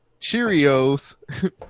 Cheerios